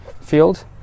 field